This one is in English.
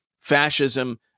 fascism